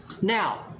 Now